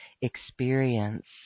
experience